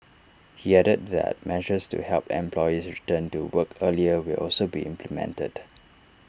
he added that measures to help employees return to work earlier will also be implemented